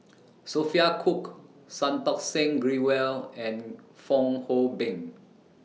Sophia Cooke Santokh Singh Grewal and Fong Hoe Beng